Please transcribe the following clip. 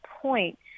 point